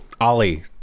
Ollie